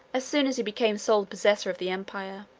as soon as he became sole possessor of the empire.